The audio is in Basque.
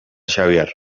xabier